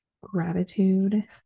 gratitude